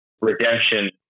redemption